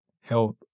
Health